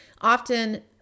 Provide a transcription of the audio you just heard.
often